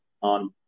on